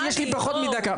יש לי פחות מדקה.